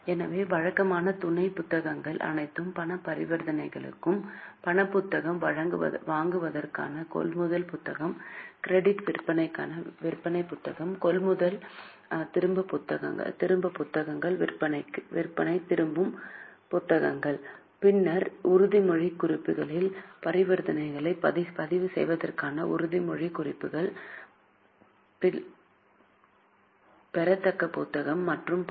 எனவே வழக்கமான துணை புத்தகங்கள் அனைத்து பண பரிவர்த்தனைகளுக்கும் பண புத்தகம் வாங்குதலுக்கான கொள்முதல் புத்தகம் கிரெடிட் விற்பனைக்கான விற்பனை புத்தகம் கொள்முதல் திரும்ப புத்தகங்கள் விற்பனை திரும்பும் புத்தகம் பின்னர் உறுதிமொழி குறிப்புகளின் பரிவர்த்தனைகளை பதிவு செய்வதற்கான பில் பெறத்தக்க புத்தகம் மற்றும் பல